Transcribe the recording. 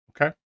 Okay